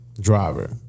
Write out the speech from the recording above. Driver